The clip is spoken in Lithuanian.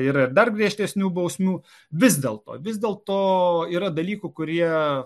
yra dar griežtesnių bausmių vis dėlto vis dėlto yra dalykų kurie